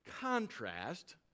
contrast